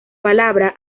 palabra